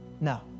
No